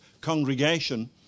congregation